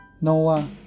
Noah